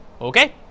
okay